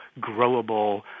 growable